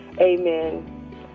Amen